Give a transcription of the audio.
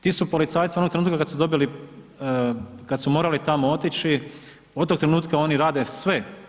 Ti su policajci onog trenutka kad su dobili, kad su morali tamo otići, od tog trenutka oni rade sve.